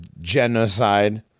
genocide